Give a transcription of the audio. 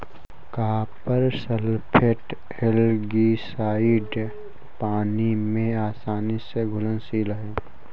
copper sulphate algicide पानी में आसानी से घुलनशील है